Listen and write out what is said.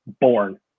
born